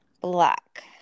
Black